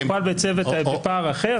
--- פרקליטות שטיפלה בצוות, בפער אחר